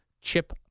chip